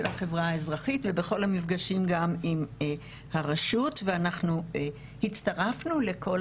החברה האזרחית ובכל המפגשים גם עם הרשות ואנחנו הצטרפנו לכל